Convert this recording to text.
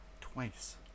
twice